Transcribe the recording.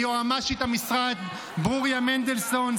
ליועמ"שית המשרד ברוריה מנדלסון,